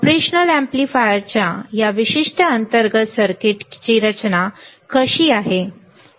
operational अॅम्प्लीफायरच्या या विशिष्ट अंतर्गत सर्किटची रचना कशी आहे